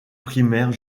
primaire